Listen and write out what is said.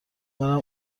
برم